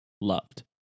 loved